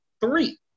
three